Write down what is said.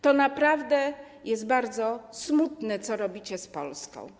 To naprawdę jest bardzo smutne, co robicie z Polską.